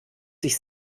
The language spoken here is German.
sich